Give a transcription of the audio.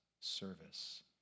service